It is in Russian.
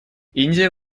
индия